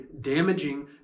damaging